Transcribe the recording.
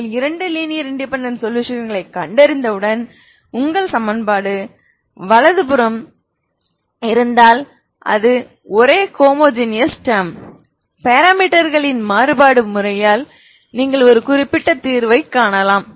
நீங்கள் இரண்டு linear independent சொலுஷன்களைக் கண்டறிந்தவுடன் உங்கள் சமன்பாடு வலது புறம் இருந்தால் அது ஒரே ஹோமோஜெனியஸ் டேர்ம் பாராமீட்டர்களின் மாறுபாடு முறையால் நீங்கள் ஒரு குறிப்பிட்ட தீர்வைக் காணலாம்